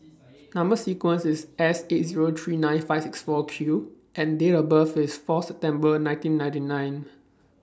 Number sequence IS S eight Zero three nine five six four Q and Date of birth IS Fourth September nineteen ninety nine